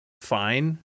fine